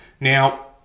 Now